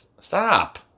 Stop